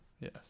yes